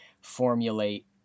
formulate